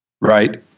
right